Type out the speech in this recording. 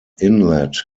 inlet